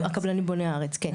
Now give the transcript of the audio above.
התאחדות הקבלנים בוני הארץ, כן.